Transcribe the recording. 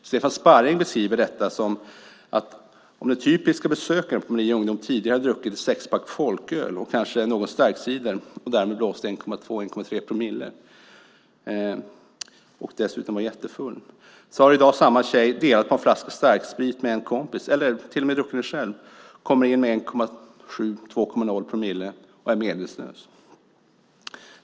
Stefan Sparring beskriver att om den typiska besökaren på Maria Ungdom tidigare har druckit en sexpack folköl och kanske någon starkcider och därmed blåste 1,2-1,3 promille och dessutom var jättefull har i dag samma tjej delat på en flaska starksprit med en kompis eller till och med druckit den själv. Hon kommer in med 1,7-2,0 promille och är medvetslös.